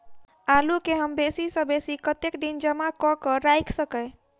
आलु केँ हम बेसी सऽ बेसी कतेक दिन जमा कऽ क राइख सकय